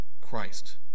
Christ